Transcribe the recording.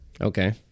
okay